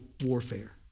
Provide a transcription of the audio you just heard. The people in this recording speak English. warfare